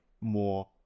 more